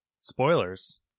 Spoilers